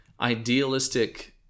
idealistic